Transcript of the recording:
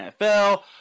NFL